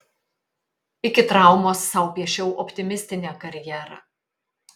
iki traumos sau piešiau optimistinę karjerą